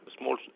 small